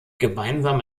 gemeinsam